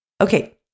Okay